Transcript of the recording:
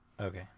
Okay